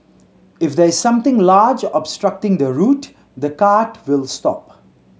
if there is something large obstructing the route the cart will stop